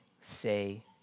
say